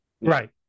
right